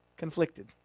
conflicted